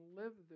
live